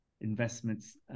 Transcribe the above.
investments